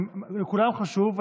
לכולנו חשוב.